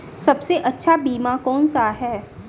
सबसे अच्छा बीमा कौन सा है?